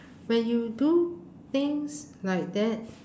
when you do things like that